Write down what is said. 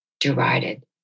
derided